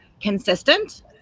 consistent